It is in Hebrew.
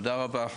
תודה רבה.